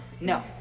No